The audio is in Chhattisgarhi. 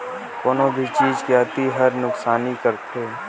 कोनो भी चीज के अती हर नुकसानी करथे